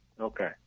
Okay